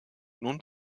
nun